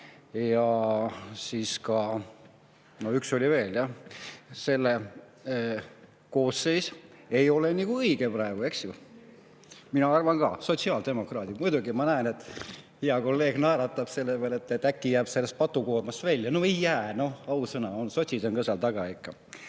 ja siis ka – no üks oli veel, jah – ei ole nagu õige praegu, eks ju. Mina arvan ka. Sotsiaaldemokraadid, muidugi. Ma näen, et hea kolleeg naeratab selle peale, et äkki jääb sellest patukoormast välja. No ei jää, ausõna, sotsid on ka seal taga ikka. Teine